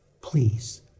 please